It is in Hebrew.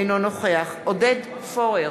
אינו נוכח עודד פורר,